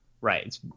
Right